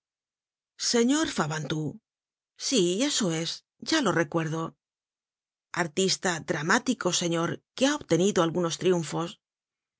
señor fabantou si eso es ya lo recuerdo artista dramático señor que ha obtenido algunos triunfos